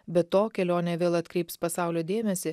be to kelionė vėl atkreips pasaulio dėmesį